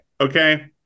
okay